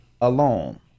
alone